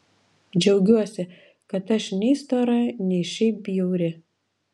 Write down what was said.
džiaugiuosi kad aš nei stora nei šiaip bjauri